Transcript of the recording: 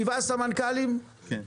אחד מהשבעה,